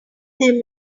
them